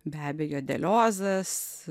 be abejo deliozas